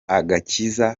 agakiza